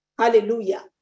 Hallelujah